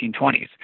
1920s